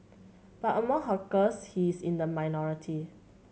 but among hawkers he is in the minority